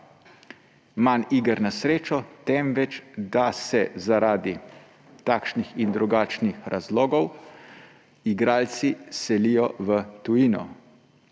manj iger na srečo, temveč da se zaradi takšnih in drugačnih razlogov igralci selijo v tujino.